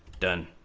done